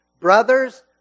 Brothers